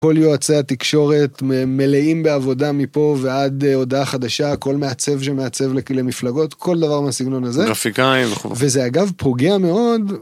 כל יועצי התקשורת מ.. מלאים בעבודה מפה ועד אה... הודעה חדשה. כל מעצב שמעצב ל... למפלגות, כל דבר מסגנון הזה. גרפיקאים וכו'.. וזה אגב פוגע מאוד...